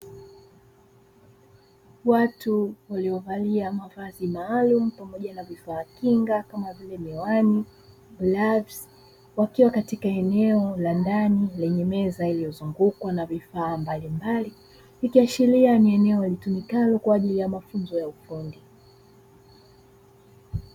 Watu waliyovalia mavazi maalumu pamoja na vifaa kinga kama vile miwani glavu wakiwa katika eneo la ndani lenye meza iliyozungukwa na vifaa mbalimbali, ikiashiria ni eneo litumikalo kwa ajili ya mafunzo ya ufundi.